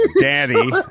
daddy